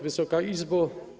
Wysoka Izbo!